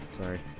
Sorry